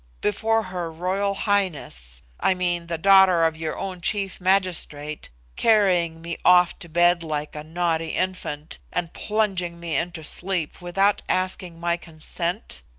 before her royal highness i mean, the daughter of your own chief magistrate carrying me off to bed like a naughty infant, and plunging me into sleep, without asking my consent?